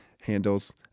handles